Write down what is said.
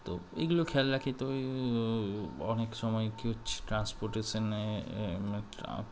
তো এইগুলো খেয়াল রাখি তো ওই অনেক সময় কী হচ্ছে ট্রান্সপোর্টেশনে